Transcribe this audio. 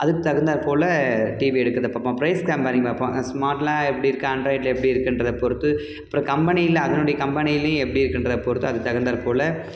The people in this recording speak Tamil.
அதுக்கு தகுந்தாற்போல டிவி எடுக்கிறத பார்ப்போம் ப்ரைஸ் கம்பேரிங் பார்ப்போம் ஸ்மார்ட்னால் எப்படி இருக்குது ஆண்ட்ராய்டில் எப்படி இருக்குன்றதை பொறுத்து அப்புறம் கம்பெனியில் அதனுடைய கம்பெனியிலையும் எப்படி இருக்குன்றதை பொறுத்து அதுக்கு தகுந்தாற்போல